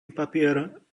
papier